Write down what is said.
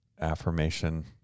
affirmation